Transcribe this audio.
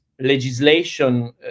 legislation